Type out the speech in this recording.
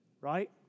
Right